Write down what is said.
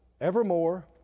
evermore